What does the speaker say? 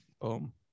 Boom